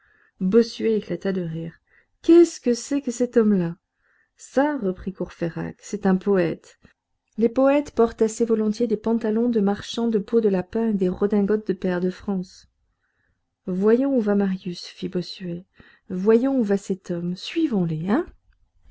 bossuet éclata de rire qu'est-ce que c'est que cet homme-là ça reprit courfeyrac c'est un poète les poètes portent assez volontiers des pantalons de marchands de peaux de lapin et des redingotes de pairs de france voyons où va marius fit bossuet voyons où va cet homme suivons les hein